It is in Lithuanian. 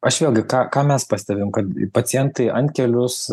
aš vėlgi ką ką mes pastebim kad pacientai antkelius